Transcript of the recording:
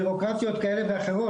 בירוקרטיות כאלה ואחרות,